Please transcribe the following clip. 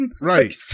Right